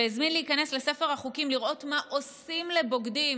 והזמין להיכנס לספר החוקים לראות מה עושים לבוגדים,